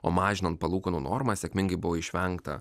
o mažinant palūkanų normą sėkmingai buvo išvengta